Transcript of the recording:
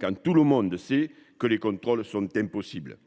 quand tout le monde sait que les contrôles sont impossibles